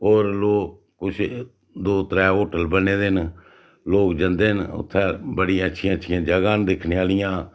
होर लोग कुछ दो त्रै होटल बने दे न लोग जंदे न उत्थें बड़ियां अच्छियां जगह् न दिक्खने आह्लियां